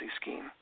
scheme